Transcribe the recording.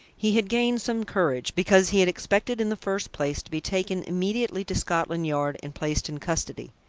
he had gained some courage, because he had expected in the first place to be taken immediately to scotland yard and placed in custody.